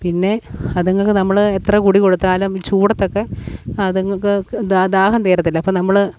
പിന്നെ അതുങ്ങൾക്ക് നമ്മള് എത്ര കുടി കൊടുത്താലും ചൂടത്തൊക്കെ അതുങ്ങൾക്ക് ദാഹം തീരത്തില്ല അപ്പോള് നമ്മള്